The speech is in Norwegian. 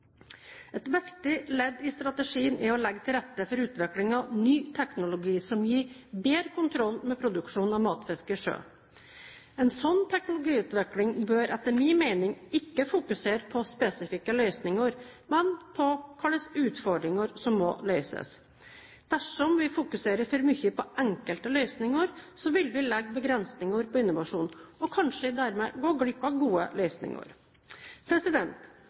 Et viktig ledd i strategien er å legge til rette for utvikling av ny teknologi som gir bedre kontroll med produksjon av matfiske i sjø. En slik teknologiutvikling bør etter min mening ikke fokusere på spesifikke løsninger, men på hvilke utfordringer som må løses. Dersom vi fokuserer for mye på enkelte løsninger, vil vi legge begrensninger på innovasjonen, og kanskje dermed gå glipp av gode løsninger.